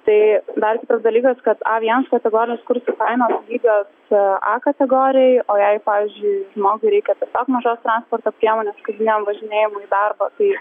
tai dar kitas dalykas kad a vienas kategorijos kursų kainos lygios a kategorijai o jei pavyzdžiui žmogui reikia tiesiog mažos priemonės kasdieniniam važinėjimui į darbą tai